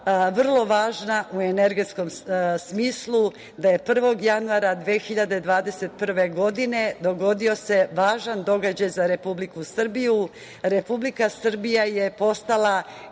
vrlo važna u energetskom smislu, da se 1. januara 2021. godine dogodio važan događaj za Republiku Srbiju. Republika Srbija je postala